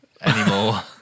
anymore